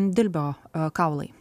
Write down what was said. dilbio kaulai